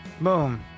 Boom